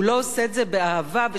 ושאלתי אותה: תגידי,